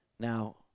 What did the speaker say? Now